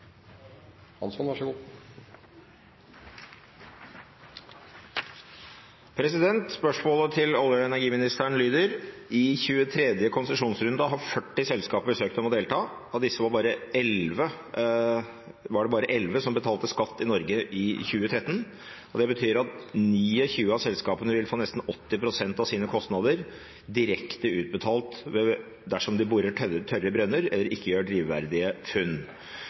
energiministeren lyder: «I forbindelse med 23. konsesjonsrunde har 40 selskaper søkt om å delta. Av disse var det bare 11 som betalte skatt til Norge i 2013. Det betyr at 29 av selskapene vil få nesten 80 prosent av sine kostnader direkte utbetalt ved boring av tørre brønner eller ikke drivverdige funn.